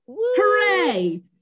Hooray